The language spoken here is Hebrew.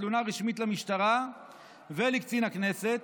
תלונה רשמית למשטרה ולקצין הכנסת,